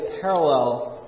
parallel